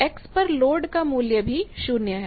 x पर load का मूल्य भी शून्य है